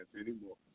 anymore